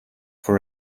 for